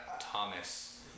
Thomas